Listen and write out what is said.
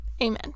Amen